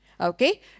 okay